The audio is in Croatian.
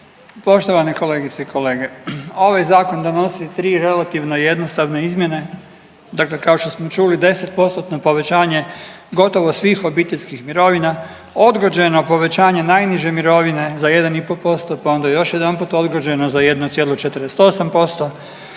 poštovane kolegice i kolege. Ovaj zakon donosi 3 relativne i jednostavne izmjene, dakle kao što smo čuli 10%-tno povećanje gotovo svih obiteljskih mirovina, odgođeno povećanje najniže mirovine za 1,5%, pa onda još jedanput odgođeno za 1,48%